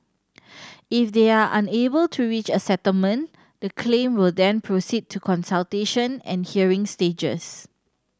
if they are unable to reach a settlement the claim will then proceed to consultation and hearing stages